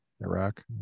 Iraq